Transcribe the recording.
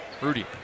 Rudy